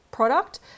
product